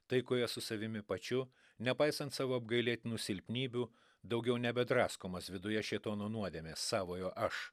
taikoje su savimi pačiu nepaisant savo apgailėtinų silpnybių daugiau nebe draskomas viduje šėtono nuodėmės savojo aš